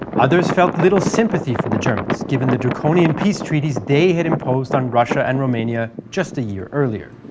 others felt little sympathy for the germans, given the draconian peace treaties they had imposed on russia and romania just a year earlier.